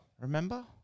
remember